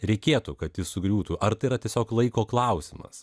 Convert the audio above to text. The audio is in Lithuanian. reikėtų kad jis sugriūtų ar tai yra tiesiog laiko klausimas